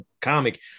comic